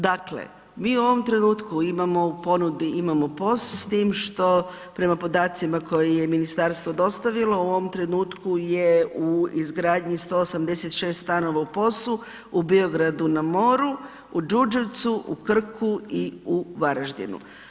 Dakle, mi u ovom trenutku imamo u ponudi, imamo POS, s time što prema podacima koje je ministarstvo dostavilo u ovom trenutku je u izgradnji 186 stanova u POS-u u Biogradu na moru, u Đurđevcu, u Krku i u Varaždinu.